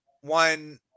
one